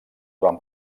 van